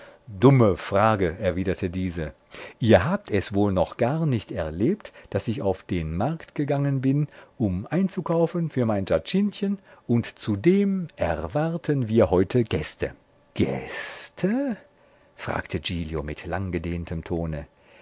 dumme frage erwiderte diese ihr habt es wohl noch gar nicht erlebt daß ich auf den markt gegangen bin um einzukaufen für mein giacintchen und zudem erwarten wir heute gäste gäste fragte giglio mit langgedehntem tone